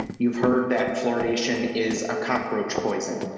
you've heard that fluoridation is a cockroach poison.